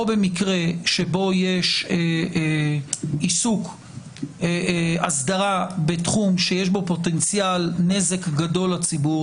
או במקרה שבו יש אסדרה בתחום שיש בו פוטנציאל נזק גדול לציבור,